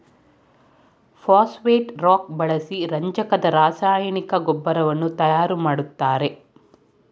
phosphate rock ಬಳಸಿ ರಂಜಕದ ರಾಸಾಯನಿಕ ಗೊಬ್ಬರವನ್ನು ತಯಾರು ಮಾಡ್ತರೆ